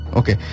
okay